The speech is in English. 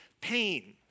pain